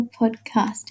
podcast